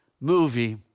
movie